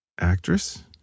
actress